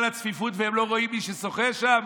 הצפיפות והם לא רואים את מי ששוחה שם?